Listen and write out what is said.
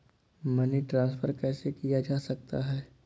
Money transfer कैसे किया जा सकता है?